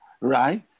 right